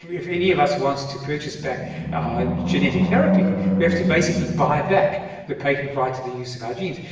if any of us wants to purchase back our genetic therapy we have to basically buy back the patent right to the use of our genes.